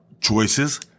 choices